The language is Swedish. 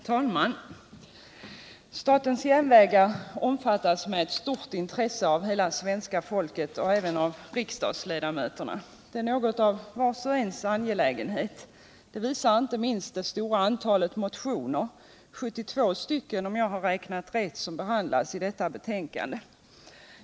Herr talman! Statens järnvägar omfattas med ett stort intresse av hela svenska folket och även av riksdagsledamöterna. Det är något av vars och ens angelägenhet. Det visar inte minst det stora antalet motioner — 72 stycken om jag räknat rätt — som behandlas i detta betänkande.